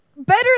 better